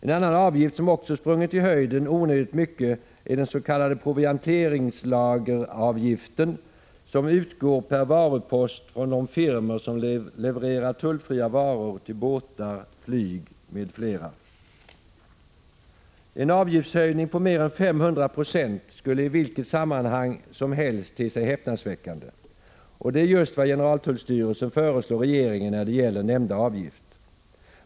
En annan avgift som också sprungit i höjden onödigt mycket är den s.k. provianteringslageravgiften, som utgår per varupost från de firmor som levererar tullfria varor till båtar, flyg osv. En avgiftshöjning på mer än 500 96 skulle i vilket sammanhang som helst te sig häpnadsväckande, men det är just vad generaltullstyrelsen föreslår regeringen när det gäller nämnda avgift.